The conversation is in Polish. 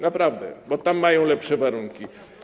Naprawdę, bo tam mają lepsze warunki.